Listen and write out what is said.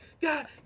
God